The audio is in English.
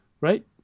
right